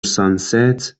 sunset